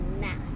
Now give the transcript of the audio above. math